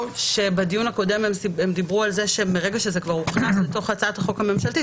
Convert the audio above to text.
שבדיון הקודם דיברו על זה שמרגע שזה כבר הוכנס לתוך הצעת החוק הממשלתית,